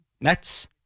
Mets